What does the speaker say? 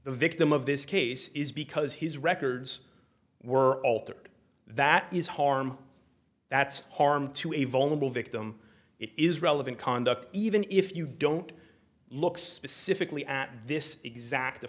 the victim of this case is because his records were altered that is harm that's harm to a vulnerable victim it is relevant conduct even if you don't look specifically at this exact